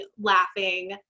laughing